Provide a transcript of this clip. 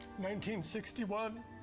1961